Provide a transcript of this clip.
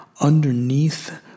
underneath